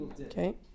Okay